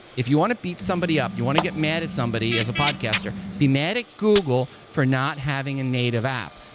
if you want to beat somebody up, you want to get mad at somebody as a podcast, be mad at google for not having a native app.